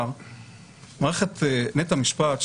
מערכת בית המשפט,